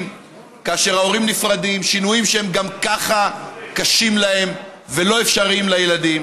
כאשר ההורים נפרדים שינויים שגם ככה קשים להם ולא אפשריים לילדים.